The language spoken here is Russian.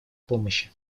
помощи